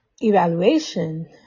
evaluation